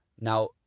Now